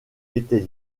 était